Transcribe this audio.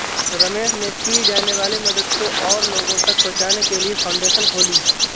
रमेश ने की जाने वाली मदद को और लोगो तक पहुचाने के लिए फाउंडेशन खोली